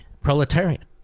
proletarian